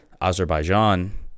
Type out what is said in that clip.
Azerbaijan